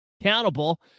accountable